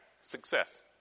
Success